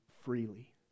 freely